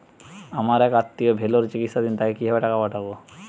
আমার এক আত্মীয় ভেলোরে চিকিৎসাধীন তাকে কি ভাবে টাকা পাঠাবো?